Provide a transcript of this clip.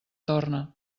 torna